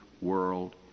world